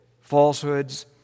falsehoods